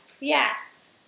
Yes